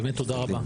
באמת תודה רבה.